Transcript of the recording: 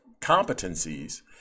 competencies